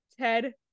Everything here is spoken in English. Ted